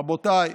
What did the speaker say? רבותיי,